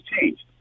changed